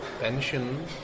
pension